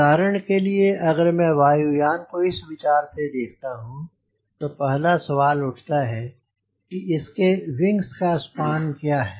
उदाहरण के लिए अगर मैं वायु यान को इस विचार से देखता हूँ तो पहला सवाल उठता है कि इसके विंग्स का स्पान क्या है